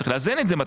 צריך לאזן את זה.